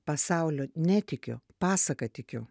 pasauliu netikiu pasaka tikiu